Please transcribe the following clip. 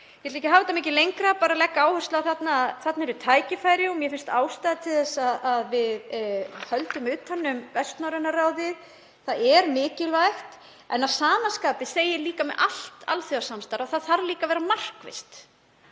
Ég ætla ekki að hafa þetta mikið lengra, ég legg áherslu á að þarna eru tækifæri og mér finnst ástæða til að við höldum utan um Vestnorræna ráðið. Það er mikilvægt. Að sama skapi segi ég líka með allt alþjóðasamstarf að það þarf að vera markvisst.